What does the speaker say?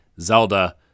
Zelda